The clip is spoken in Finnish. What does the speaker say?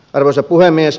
arvoisa puhemies